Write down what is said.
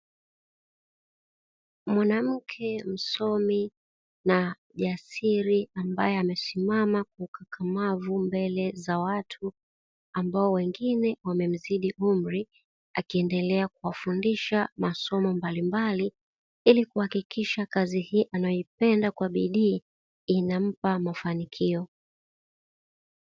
Mwanamke msomi na jasiri, ambaye amesimama kikakamavu mbele za watu, ambao wengine wamemzidi umri, akiendelea kuwafundisha masomo mbalimbali ili kuhakikisha kazi hii anayoipenda kwa bidii inampa mafanikio.